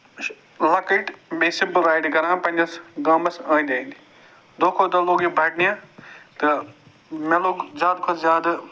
لۅکٔٹۍ بیٚیہِ simple riding کَران پَنٕنِس گامَس أنٛدۍ أنٛدۍ دۄہ کھۄتہٕ دۄہ لوٚگ یہِ بَڈنہِ تہٕ مےٚ لوٚگ زیادٕ کھۄتہٕ زیادٕ